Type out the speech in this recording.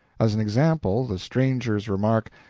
as an example, the stranger's remark,